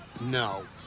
No